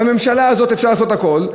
בממשלה הזאת אפשר לעשות הכול.